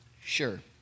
Sure